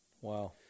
Wow